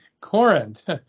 Corinth